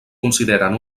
consideren